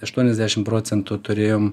aštuoniasdešim procentų turėjom